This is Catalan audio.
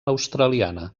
australiana